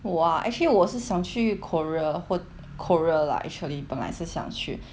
!wah! actually 我是想去 korea korea lah actually 本来是想去